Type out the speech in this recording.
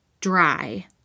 dry